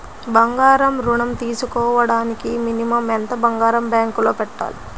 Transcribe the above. బంగారం ఋణం తీసుకోవడానికి మినిమం ఎంత బంగారం బ్యాంకులో పెట్టాలి?